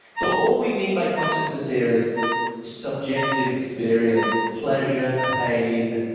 but all we mean by consciousness here is subjective experience, pleasure, pain,